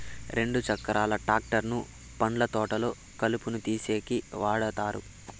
రెండు చక్రాల ట్రాక్టర్ ను పండ్ల తోటల్లో కలుపును తీసేసేకి వాడతారు